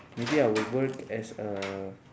maybe I will work as a